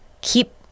Keep